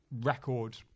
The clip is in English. record